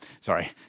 sorry